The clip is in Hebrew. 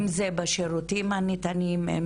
אם זה בשירותים הניתנים ואם